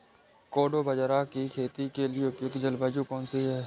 कोडो बाजरा की खेती के लिए उपयुक्त जलवायु कौन सी है?